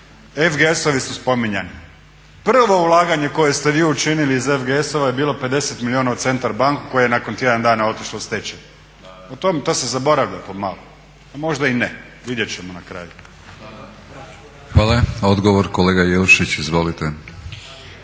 FGS-ovi su spominjani, prvo ulaganje koje ste vi učinili iz FGS-ova je bilo 50 milijuna u Centar banku koja je nakon tjedan dana otišla u stečaj. To se zaboravlja pomalo, a možda i ne, vidjet ćemo na kraju. **Batinić, Milorad (HNS)** Hvala. Odgovor, kolega Jelušić. Izvolite.